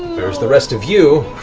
there's the rest of you.